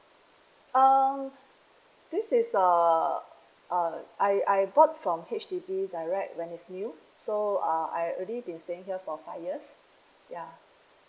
um this is uh uh I I bought from H_D_B direct when it's new so uh I already been staying here for five years yea